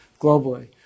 globally